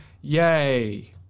Yay